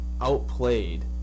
outplayed